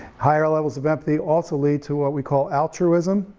higher levels of empathy also lead to what we call altruism,